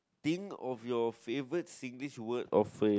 think of your favourite Singlish word or phrase